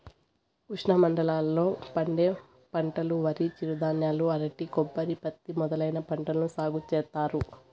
ఉష్ణమండలాల లో పండే పంటలువరి, చిరుధాన్యాలు, అరటి, కొబ్బరి, పత్తి మొదలైన పంటలను సాగు చేత్తారు